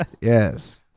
Yes